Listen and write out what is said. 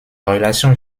relations